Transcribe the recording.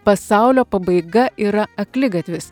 pasaulio pabaiga yra akligatvis